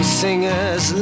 singers